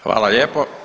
Hvala lijepo.